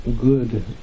good